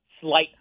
slight